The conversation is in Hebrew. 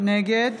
נגד